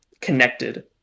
connected